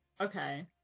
okay